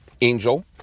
Angel